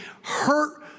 hurt